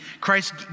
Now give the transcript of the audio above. Christ